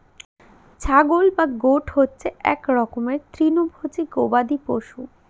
ছাগল বা গোট হচ্ছে এক রকমের তৃণভোজী গবাদি পশু